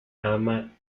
ama